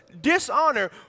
Dishonor